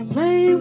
Play